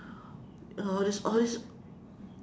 all this all this